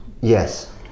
Yes